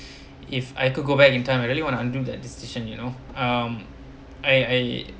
if I could go back in time I really want to undo that decision you know um I I